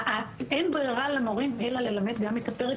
אין ברירה למורים אלא ללמד גם את הפרק